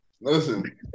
listen